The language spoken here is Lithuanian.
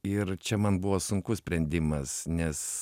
ir čia man buvo sunkus sprendimas nes